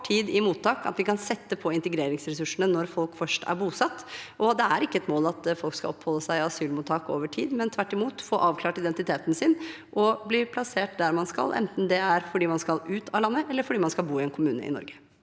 er kort tid i mottak, og at vi kan sette inn integreringsressursene når folk først er bosatt. Det er ikke et mål at folk skal oppholde seg i asylmottak over tid, målet er tvert imot at de skal få avklart identiteten sin og bli plassert der man skal, enten det er fordi man skal ut av landet eller skal bo i en kommune i Norge.